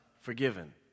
forgiven